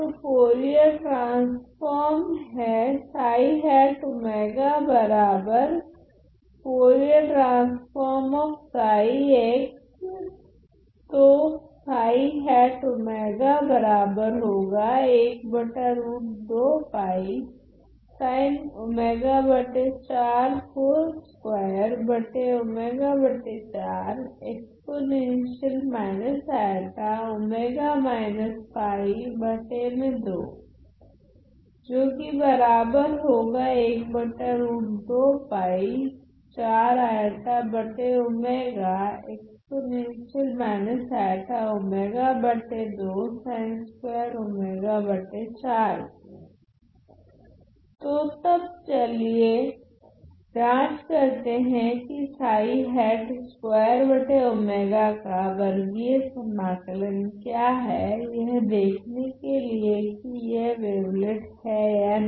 तो Fourier transform है तो तब चलिए जांच करते है की का वर्गीय समाकलन क्या है यह देखने के लिए की यह वेवलेट है या नहीं